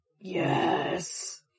Yes